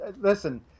listen